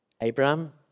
Abraham